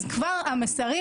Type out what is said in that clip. אז כבר המסרים